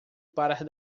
para